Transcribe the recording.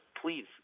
please